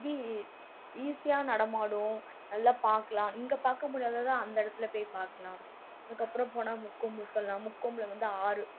இப்படி ஈஸியாக நடமாடும் நல்லா பார்க்கலாம் இங்கே பார்க்க முடியாததை அந்த இடத்துல போய் பார்க்கலாம் அதுக்கப்புறம் போனால் முக்கொம்பு சொல்லாம் முக்கொம்பில் வந்து ஆறு